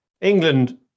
England